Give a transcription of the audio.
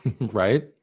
right